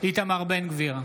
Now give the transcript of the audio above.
איתמר בן גביר,